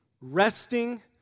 resting